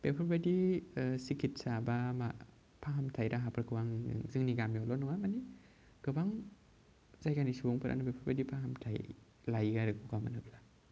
बेफोरबायदि सिकितसा बा फाहामथाय राहाफोरखौ आं जोंनि गामियावल' नुवा माने गोबां जायगानि सुबुंफोरानो बेफोरबायदि फाहामथाय लायो आरो गगा मोनोब्ला